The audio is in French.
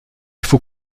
faut